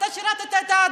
אתה שירת את האדון,